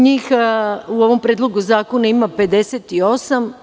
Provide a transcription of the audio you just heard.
Njih u ovom predlogu zakona ima 58.